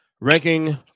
Ranking